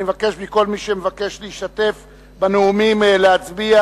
אני מבקש מכל מי שרוצה להשתתף בנאומים להצביע.